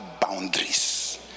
boundaries